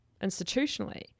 institutionally